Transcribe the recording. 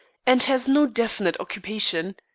and has no definite occupation.